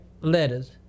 letters